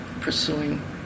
pursuing